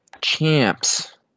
champs